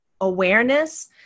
awareness